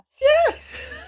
Yes